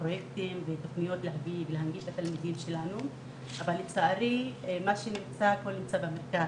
פרויקטים ותוכניות להנגיש לתלמידים שלנו אבל לצערי כל מה שנמצא,